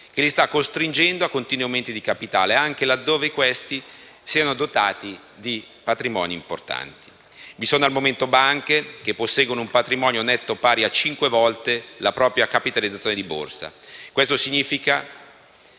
che li sta costringendo a continui aumenti di capitale, anche laddove questi siano dotati di patrimoni importanti. Vi sono al momento banche che posseggono un patrimonio netto pari a cinque volte la propria capitalizzazione di borsa: questo significa